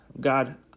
God